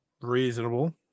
reasonable